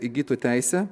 įgytų teisę